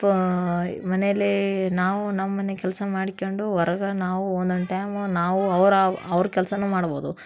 ಪ ಮನೆಯಲ್ಲಿ ನಾವು ನಮ್ಮನೆ ಕೆಲಸ ಮಾಡ್ಕೊಂಡು ಹೊರ್ಗೆ ನಾವು ಒಂದೊಂದು ಟೈಮ್ ನಾವು ಅವರ ಅವ್ರ ಕೆಲ್ಸನೂ ಮಾಡ್ಬೋದು